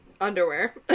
underwear